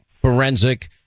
forensic